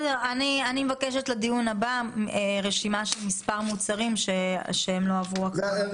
אני מבקשת להביא לדיון הבא רשימה של מספר מוצרים שלא עברו הקרנה.